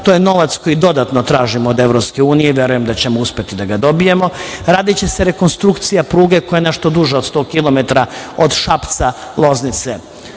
To je novac koji dodatno tražimo od EU i verujem da ćemo uspeti da ga dobijemo. Radiće se rekonstrukcija pruge koja je nešto duža od 100 kilometara od Šapca, Loznice